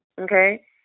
Okay